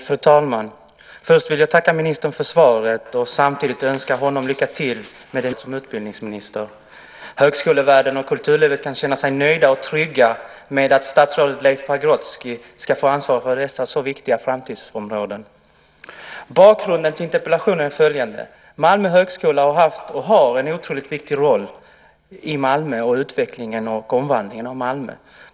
Fru talman! Först vill jag tacka ministern för svaret och samtidigt önska honom lycka till med det nya uppdraget som utbildningsminister. Högskolevärlden och kulturlivet kan känna sig nöjda och trygga med att statsrådet Leif Pagrotsky ska få ansvaret för dessa så viktiga framtidsområden. Bakgrunden till interpellationen är följande. Malmö högskola har haft och har en otroligt viktig roll i utvecklingen och omvandlingen av Malmö.